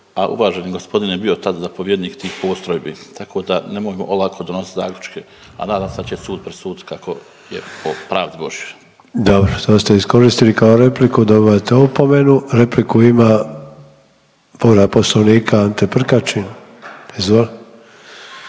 a uvaženi gospodin je bio tada zapovjednik tih postrojbi tako da nemojmo olako donositi zaključke, a nadam se da će sud presuditi kako je po pravdi Božjoj. **Sanader, Ante (HDZ)** Dobro. To ste iskoristili kao repliku. Dobivate opomenu. Repliku ima, povreda Poslovnika Ante Prkačin. Izvolite.